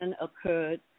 occurred